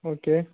okay